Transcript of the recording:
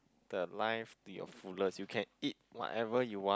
the life to your fullest you can eat whatever you want